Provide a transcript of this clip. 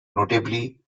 notably